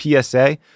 PSA